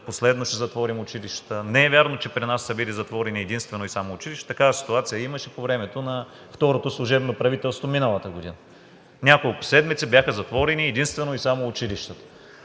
последно ще затворим училищата. Не е вярно, че при нас са били затворени единствено и само училищата. Такава ситуация имаше по времето на второто служебно правителство миналата година – няколко седмици бяха затворени единствено и само училищата.